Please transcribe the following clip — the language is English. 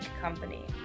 company